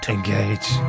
Engage